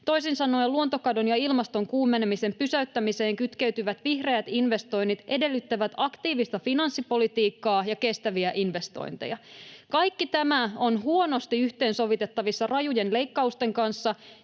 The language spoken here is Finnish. Toisin sanoen luontokadon ja ilmaston kuumenemisen pysäyttämiseen kytkeytyvät vihreät investoinnit edellyttävät aktiivista finanssipolitiikkaa ja kestäviä investointeja. Kaikki tämä on huonosti yhteensovitettavissa rajujen leikkausten kanssa,